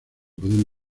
pueden